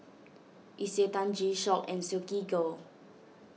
Isetan G Shock and Silkygirl